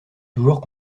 toujours